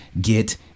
get